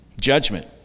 judgment